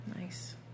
nice